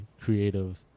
creative